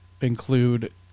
include